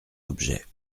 objet